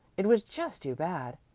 it was just too bad.